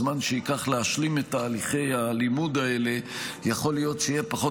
הזמן שייקח להשלים את תהליכי הלימוד האלה יכול להיות שיהיה פחות